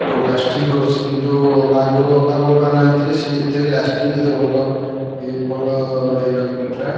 ଭଲ ଲାଷ୍ଟିଂ କରୁଛି କିନ୍ତୁ ଅଲ୍ ଆଗରୁ ଅଲଗା କମ୍ପାନୀର ଆଣିଥିଲି ସେ ଏତେ ବି ଲାଷ୍ଟିଂ ଏତେ ଭଲ ଭଲ ଇଏ ଲାଗୁ ନଥିଲା